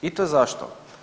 I to zašto?